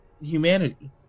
humanity